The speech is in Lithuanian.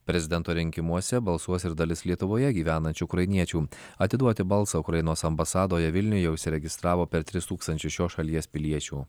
prezidento rinkimuose balsuos ir dalis lietuvoje gyvenančių ukrainiečių atiduoti balsą ukrainos ambasadoje vilniuje užsiregistravo per tris tūkstančius šios šalies piliečių